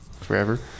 forever